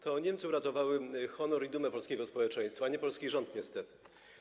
To Niemcy uratowały honor i dumę polskiego społeczeństwa, a nie polski rząd, niestety.